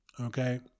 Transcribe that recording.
okay